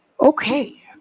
Okay